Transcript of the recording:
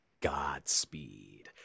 Godspeed